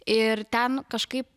ir ten kažkaip